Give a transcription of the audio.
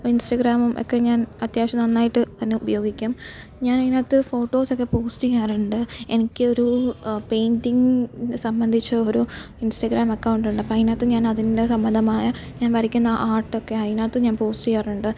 ഇൻസ്റ്റാഗ്രാമും ഒക്കെ ഞാൻ അത്യാവശ്യം നന്നായിട്ടു തന്നെ ഉപയോഗിക്കും ഞാൻ അതിനകത്ത് ഫോട്ടോസൊക്കെ പോസ്റ്റ് ചെയ്യാറുണ്ട് എനിക്ക് ഒരു പെയിന്റിംഗ് സംബന്ധിച്ച് ഒരു ഇൻസ്റ്റാഗ്രാം അക്കൗണ്ടു കൊണ്ട് അപ്പോൾ അതിനകത്തും ഞാൻ അതിൻ്റെ സംബന്ധമായ ഞാൻ വരയ്ക്കുന്ന ആർട്ടൊക്കെ അതിനകത്തു ഞാൻ പോസ്റ്റീയാറുണ്ട്